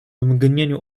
mgnieniu